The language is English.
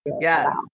yes